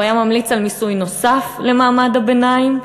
הוא היה ממליץ על מיסוי נוסף למעמד הביניים,